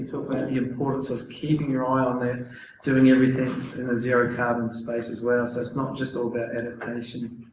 so but the importance of keeping your eye on they're doing everything in a zero carbon space as well so it's not just all that education